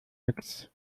nichts